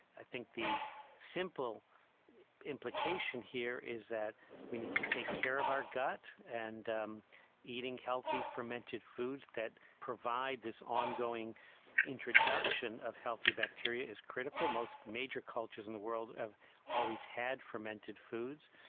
i think the simple implication here is that we need to take care of our gut and um eating healthy fermented foods that provide this ongoing introduction of healthy bacteria is critical. most major cultures in the world have always had fermented foods.